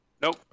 Nope